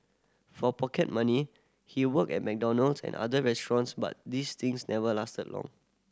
for pocket money he worked at McDonald's and other restaurants but these stints never lasted long